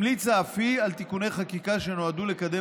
המליצה אף היא על תיקוני חקיקה שנועדו לקדם